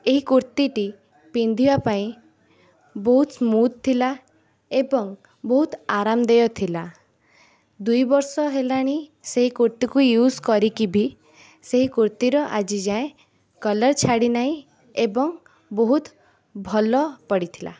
ଏହି କୁର୍ତ୍ତିଟି ପିନ୍ଧିବା ପାଇଁ ବହୁତ ସ୍ମୁଥ୍ ଥିଲା ଏବଂ ବହୁତ ଆରାମଦେୟ ଥିଲା ଦୁଇବର୍ଷ ହେଲାଣି ସେଇ କୁର୍ତ୍ତି କି ୟୁଜ୍ କରିକି ବି ସେଇ କୁର୍ତ୍ତିର ଆଜିଯାଏଁ କଲର ଛାଡ଼ିନାହିଁ ଏବଂ ବହୁତ ଭଲପଡ଼ିଥିଲା